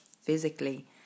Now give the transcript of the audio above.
physically